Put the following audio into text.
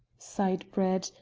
sighed brett,